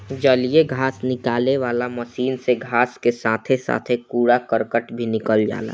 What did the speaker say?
जलीय घास निकाले वाला मशीन से घास के साथे साथे कूड़ा करकट भी निकल जाला